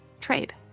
trade